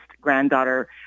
granddaughter